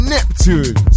Neptune